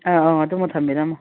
ꯑꯧ ꯑꯧ ꯑꯗꯨꯃ ꯊꯝꯕꯤꯔꯝꯃꯣ